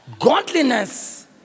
godliness